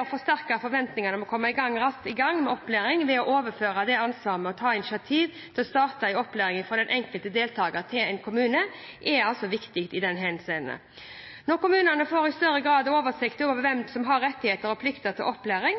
å forsterke forventningene til å komme raskt i gang med opplæring ved å overføre ansvaret med å ta initiativ til å starte opplæring fra den enkelte deltaker til en kommune, er viktige i det henseende. Når kommunene i større grad får oversikt over hvem som har rettigheter og plikter til opplæring,